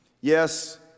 Yes